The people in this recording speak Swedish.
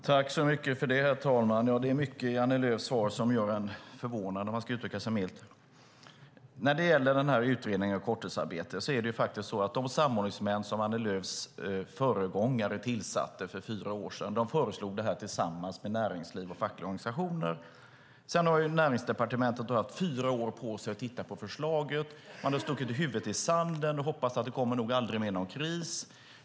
Herr talman! Det är mycket i Annie Lööfs svar som gör en förvånad, om man ska uttrycka sig milt. När det gäller utredningen om korttidsarbete var det så att de samordningsmän som Annie Lööfs föregångare tillsatte för fyra år sedan föreslog detta tillsammans med näringsliv och fackliga organisationer. Sedan har Näringsdepartementet haft fyra år på sig att titta på förslaget. Man har stuckit huvudet i sanden och hoppats att det nog aldrig mer kommer någon kris.